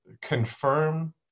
confirm